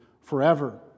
forever